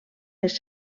les